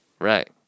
Right